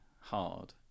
hard